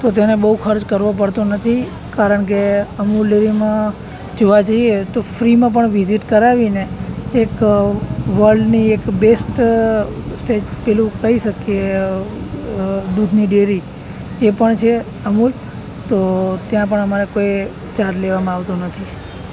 તો તેને બહુ ખર્ચ કરવો પડતો નથી કારણ કે અમૂલ ડેરીમાં જોવા જઈએ તો ફ્રીમાં પણ વિઝીટ કરાવીને એક વર્લ્ડની એક બેસ્ટ પેલું કહી શકીએ દૂધની ડેરી એ પણ છે અમુલ તો ત્યાં પણ અમારા કોઈ ચાર્જ લેવામાં આવતો નથી